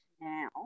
now